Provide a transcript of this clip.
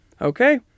Okay